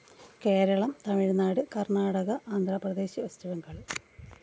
Keralam Tamil Nadu Karnataka Andhra Pradesh West Bengal